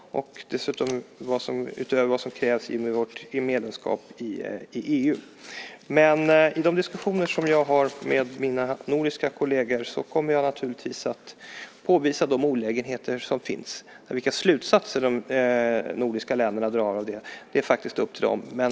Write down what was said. Det är dessutom att gå utöver vad som krävs i och med vårt medlemskap i EU. I de diskussioner som jag har med mina nordiska kolleger kommer jag naturligtvis att påvisa de olägenheter som finns, men vilka slutsatser de nordiska länderna drar av det är faktiskt upp till dem.